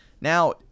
now